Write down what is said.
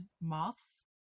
moths